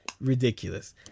ridiculous